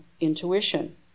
intuition